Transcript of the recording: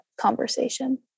conversation